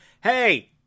hey